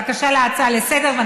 את הגשת על זה בקשה להצעה לסדר-היום,